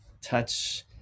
touch